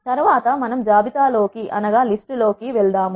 తరువాత మనము జాబితా లో కి వెళ్దాము